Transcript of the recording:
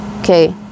Okay